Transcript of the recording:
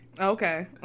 okay